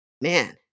man